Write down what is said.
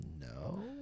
No